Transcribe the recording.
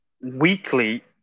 weekly